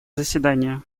заседания